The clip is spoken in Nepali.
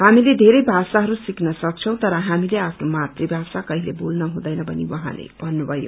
हामीले धेरै भाषाहरू सिख्न सक्छौं तर हामीले आफ्नो मातृभाषा कहिले भूल्न हुँदैन भनि उहाँले भन्नुभयो